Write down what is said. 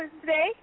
today